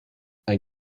ein